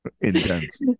intense